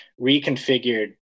reconfigured